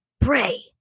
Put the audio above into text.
pray